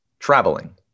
Traveling